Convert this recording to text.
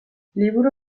liburu